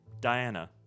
Diana